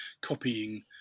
copying